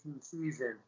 season